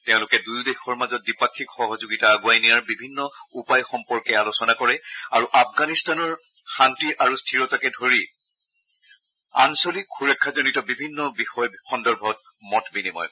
তেওঁলোকে দুয়ো দেশৰ মাজত দ্বিপাক্ষিক সহযোগিতা আগুৱাই নিয়াৰ বিভিন্ন উপায় সম্পৰ্কে আলোচনা কৰে আৰু আফগানিস্তাৰ শান্তি আৰু স্থিৰতাকে ধৰি আঞ্চলিক সুৰক্ষাজনিত বিভিন্ন বিষয় সন্দৰ্ভত মত বিনিময় কৰে